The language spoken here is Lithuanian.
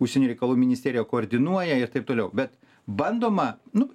užsienio reikalų ministerija koordinuoja ir taip toliau bet bandoma nu